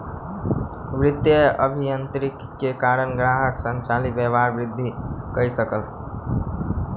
वित्तीय अभियांत्रिकी के कारण ग्राहक संचालित व्यापार वृद्धि कय सकल